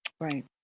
Right